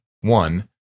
One